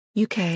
UK